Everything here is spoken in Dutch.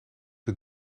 het